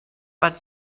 but